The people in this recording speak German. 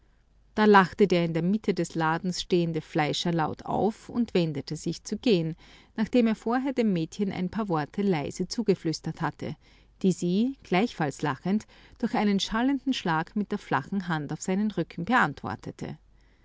da lachte der in der mitte des ladens stehende fleischer laut auf und wendete sich zu gehen nachdem er vorher dem mädchen ein paar worte leise zugeflüstert hatte die sie gleichfalls lachend durch einen schallenden schlag mit der flachen hand auf seinen rücken beantwortete